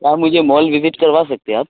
کیا مجھے mall visit کروا سکتے ہیں آپ